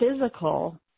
physical